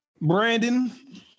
Brandon